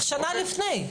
שנה לפני.